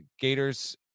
Gators